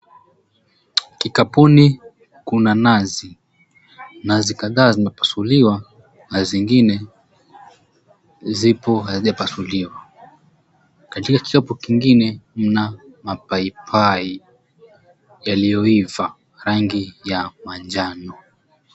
Kikapuni kuna nazi. Nazi kadhaa zimepasuliwa na zingine zipo hazijapasuliwa. Katika kilapu kingine mna mapaipai yaliyoiva rangi ya manjano